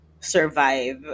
survive